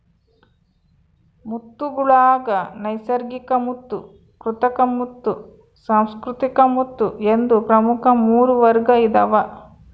ಮುತ್ತುಗುಳಾಗ ನೈಸರ್ಗಿಕಮುತ್ತು ಕೃತಕಮುತ್ತು ಸುಸಂಸ್ಕೃತ ಮುತ್ತು ಎಂದು ಪ್ರಮುಖ ಮೂರು ವರ್ಗ ಇದಾವ